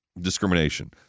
discrimination